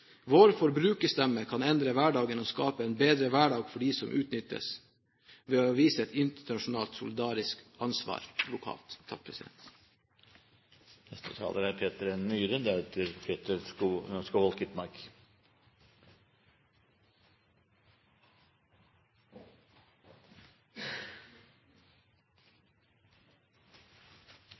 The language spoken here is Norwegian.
Vår forbrukerstemme kan endre hverdagen og skape en bedre hverdag for dem som utnyttes, ved å vise et internasjonalt, solidarisk ansvar lokalt. La meg også få takke representanten Stokkan-Grande for å ta denne alvorlige og vanskelige saken opp i Stortinget i dag. Konfliktmineraler er